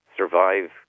survive